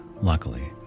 luckily